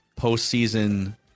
postseason